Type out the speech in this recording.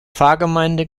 pfarrgemeinde